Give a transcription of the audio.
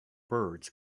birds